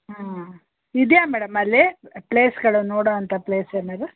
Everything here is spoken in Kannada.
ಹ್ಞೂ ಇದೆಯಾ ಮೇಡಮ್ ಅಲ್ಲಿ ಪ್ಲೇಸ್ಗಳು ನೋಡುವಂಥ ಪ್ಲೇಸ್ ಏನಾದ್ರು